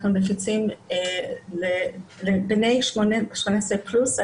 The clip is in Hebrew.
אנחנו מפיצים לבני 18 פלוס.